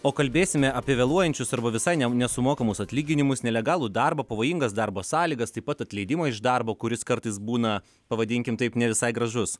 o kalbėsime apie vėluojančius arba visai ne nesumokamus atlyginimus nelegalų darbą pavojingas darbo sąlygas taip pat atleidimą iš darbo kuris kartais būna pavadinkim taip ne visai gražus